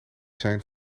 zijn